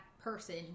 person